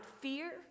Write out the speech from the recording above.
fear